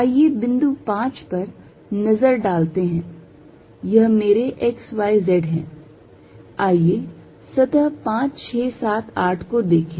आइए बिंदु 5 पर नजर डालते हैं यह मेरे x y z हैं आइए सतह 5 6 7 8 को देखें